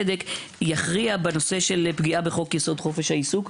יכריע בנושא של פגיעה בחוק-יסוד: חופש העיסוק,